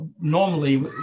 normally